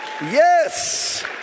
yes